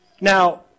Now